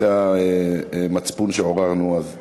אחרי שעוררנו את המצפון,